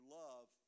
love